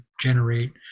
generate